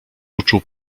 uczuł